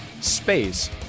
space